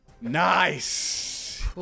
Nice